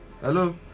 hello